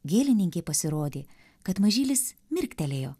gėlininkei pasirodė kad mažylis mirktelėjo